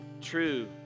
true